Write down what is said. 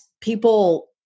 people